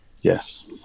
Yes